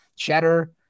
Cheddar